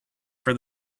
for